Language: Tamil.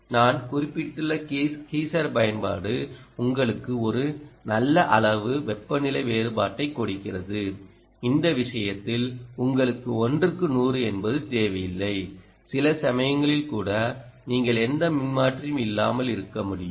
நான் குறிப்பிட்டுள்ள கீசர் பயன்பாடு உங்களுக்கு ஒரு நல்ல அளவு வெப்பநிலை வேறுபாட்டைக் கொடுக்கிறது இந்த விஷயத்தில் உங்களுக்கு 1 க்கு 100 என்பது தேவையில்லை சில சமயங்களில் கூட நீங்கள் எந்த மின்மாற்றியும் இல்லாமல் இருக்க முடியும்